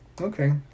okay